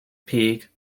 peak